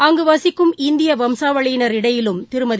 அங்கு வசிக்கும் இந்திய வம்சாவளினாிடையேயும் திருமதி